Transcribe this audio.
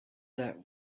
that